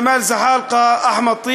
ג'מאל זחאלקה, אחמד טיבי,